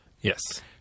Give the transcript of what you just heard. Yes